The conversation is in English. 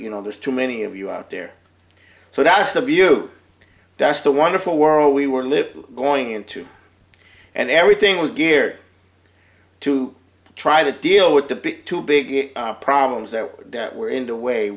you know there's too many of you out there so that's the view that's the wonderful world we were lip going into and everything was geared to try to deal with the big two big problems that that were in the way